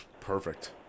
perfect